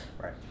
right